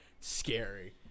scary